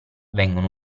vengono